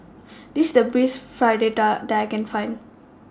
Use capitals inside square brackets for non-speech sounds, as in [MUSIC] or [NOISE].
[NOISE] This The Best Fritada that I Can Find